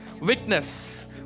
Witness